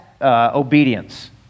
obedience